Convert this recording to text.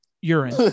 urine